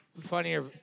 Funnier